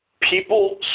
people